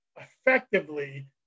effectively